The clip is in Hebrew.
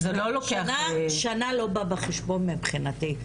שנה לא בא בחשבון מבחינתי,